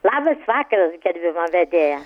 labas vakaras gerbiama vedėja